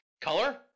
Color